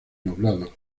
nublados